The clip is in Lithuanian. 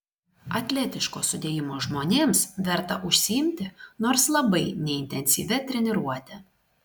atletiško sudėjimo žmonėms verta užsiimti nors labai neintensyvia treniruote